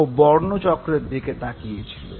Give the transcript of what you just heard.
ও বর্ণচক্রের দিকে তাকিয়েছিল